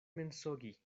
mensogi